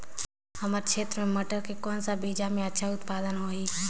हमर क्षेत्र मे मटर के कौन सा बीजा मे अच्छा उत्पादन होही?